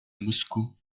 moscou